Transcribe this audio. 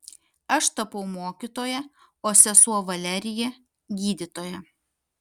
aš tapau mokytoja o sesuo valerija gydytoja